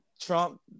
Trump